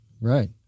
Right